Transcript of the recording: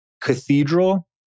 cathedral